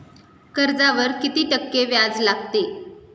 कर्जावर किती टक्के व्याज लागते?